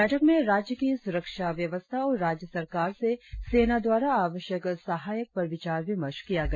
बैठक में राज्य की सुरक्षा व्यवस्था और राज्य सरकार से सेना द्वारा आवश्यक सहायक पर विचार विमर्श किया गया